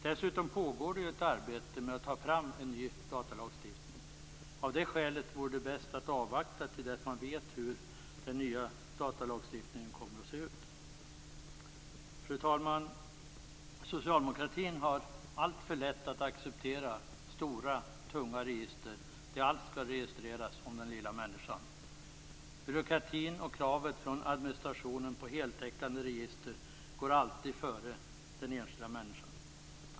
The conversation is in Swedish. Dessutom pågår det ju ett arbete med att ta fram en ny datalagstiftning. Det vore bäst att avvakta till dess att man vet hur den nya datalagstiftningen kommer att se ut. Fru talman! Socialdemokratin har alltför lätt att acceptera stora, tunga register där allt skall registreras om den lilla människan. Byråkratin och kravet från administrationen på heltäckande register går alltid före den enskilda människan.